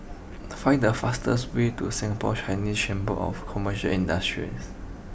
find the fastest way to Singapore Chinese Chamber of Commercial Industries